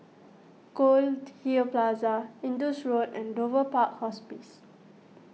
Goldhill Plaza Indus Road and Dover Park Hospice